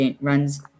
Runs